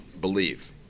believe